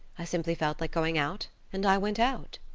i simply felt like going out, and i went out.